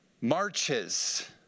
Marches